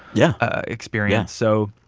yeah. experience. so